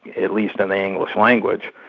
at least in the english language,